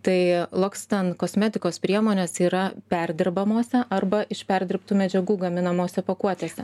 tai loccitane kosmetikos priemonės yra perdirbamose arba iš perdirbtų medžiagų gaminamose pakuotėse